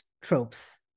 tropes